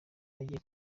bagiye